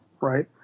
right